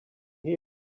here